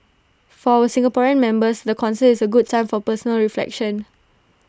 for our Singaporean members the concert is A good time for personal reflection